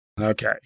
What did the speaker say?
Okay